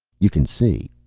you can see,